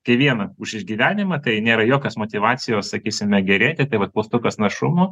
kai viena už išgyvenimą tai nėra jokios motyvacijos sakysime gerėti tai vat pūstukas našumų